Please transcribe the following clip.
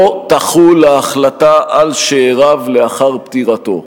לא תחול ההחלטה על שאיריו לאחר פטירתו.